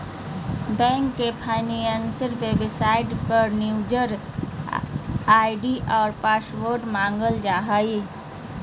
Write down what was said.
bank के official website पर user ID और पासवर्ड मांगल जा हइ